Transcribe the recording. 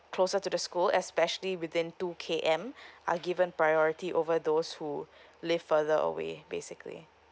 closer to the school especially within two K_M are given priority over those who live further away basically